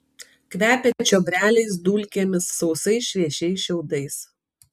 kvepia čiobreliais dulkėmis sausais šviežiais šiaudais